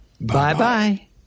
Bye-bye